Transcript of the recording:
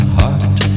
heart